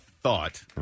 Thought